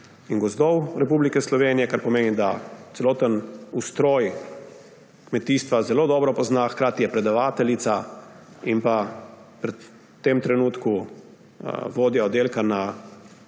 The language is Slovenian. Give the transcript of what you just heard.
in gozdov Republike Slovenije, kar pomeni, da celoten ustroj kmetijstva zelo dobro pozna. Hkrati je predavateljica in v tem trenutku vodja oddelka na